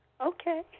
Okay